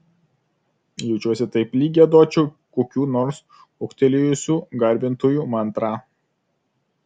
jaučiuosi taip lyg giedočiau kokių nors kuoktelėjusių garbintojų mantrą